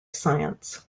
science